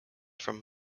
from